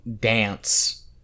dance